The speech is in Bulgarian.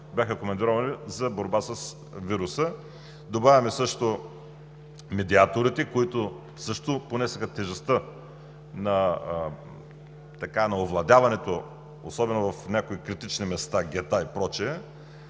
бяха командировани за борба с вируса, добавяме също медиаторите, които също понесоха тежестта на овладяването, особено в някои критични места – гета и